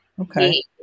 Okay